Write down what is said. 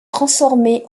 transformée